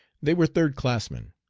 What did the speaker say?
they were third-classmen.